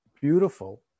beautiful